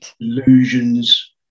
illusions